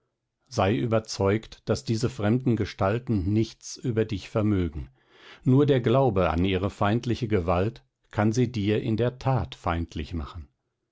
sei überzeugt daß diese fremden gestalten nichts über dich vermögen nur der glaube an ihre feindliche gewalt kann sie dir in der tat feindlich machen